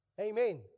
Amen